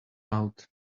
out